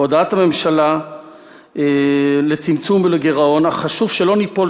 אך בהודעת הממשלה על צמצום וגירעון חשוב שלא ניפול